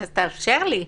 אז תאפשר לי.